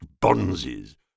bonzes